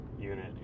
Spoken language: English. unit